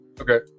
Okay